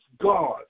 God